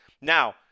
Now